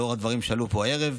לאור הדברים שעלו פה הערב,